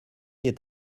est